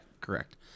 correct